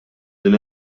din